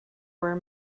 were